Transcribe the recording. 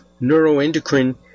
neuroendocrine